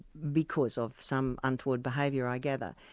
because of some untoward behaviour, i gather.